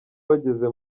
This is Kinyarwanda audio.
bageze